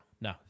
No